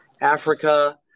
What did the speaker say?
Africa